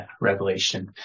revelation